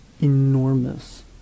enormous